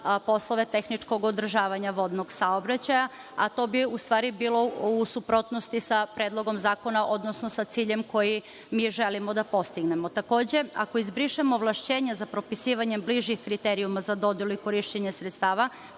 poslove tehničkog održavanja vodnog saobraćaja, a to bi u stvari bilo u suprotnosti sa predlogom zakona, odnosno sa ciljem koji mi želimo da postignemo. Takođe, ako izbrišemo ovlašćenja za propisivanje bližih kriterijuma za dodelu i korišćenje sredstava